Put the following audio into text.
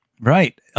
Right